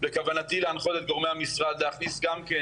בכוונתי להנחות את גורמי המשרד להכניס גם כן